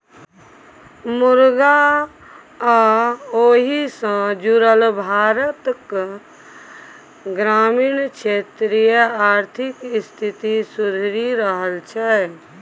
मुरगा आ ओहि सँ जुरल भारतक ग्रामीण क्षेत्रक आर्थिक स्थिति सुधरि रहल छै